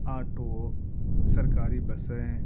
auto سرکاری بسیں